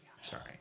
Sorry